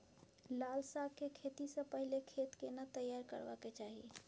लाल साग के खेती स पहिले खेत केना तैयार करबा के चाही?